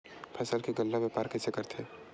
फसल के गल्ला व्यापार कइसे करथे?